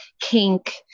kink